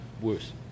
worse